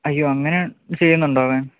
അയ്യോ അങ്ങനെ ചെയ്യുന്നുണ്ടോ അവൻ